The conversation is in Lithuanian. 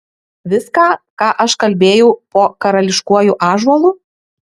viską ką aš kalbėjau po karališkuoju ąžuolu